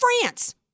France